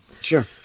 Sure